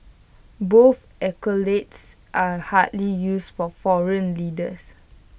both accolades are hardly used for foreign leaders